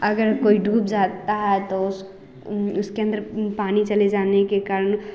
अगर कोई डूब जाता है तो उसके अंदर पानी चले जाने के कारण